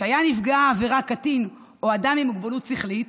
"היה נפגע העבירה קטין או אדם עם מוגבלות שכלית,